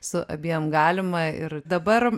su abiem galima ir dabar